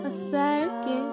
Asparagus